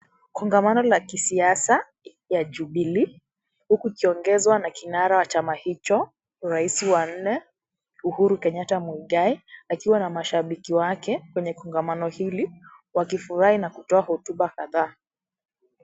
Kongamano la kisiasa ya Jubilee, huku ikiongezwa na kinara wa chama hicho, rais wa nne, Uhuru Kenyatta Muigai, akiwa na mashabiki wake, kwenye kongamano hili, wakifurahi na kutoa hotuba kadhaa.